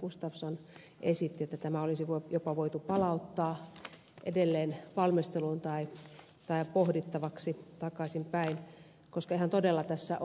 gustafsson esitti että tämä olisi voitu jopa palauttaa edelleen valmisteluun tai pohdittavaksi takaisinpäin koska todella tässä